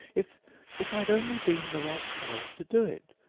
if if i'd only been the right size to do it!